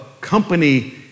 company